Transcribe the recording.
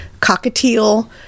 cockatiel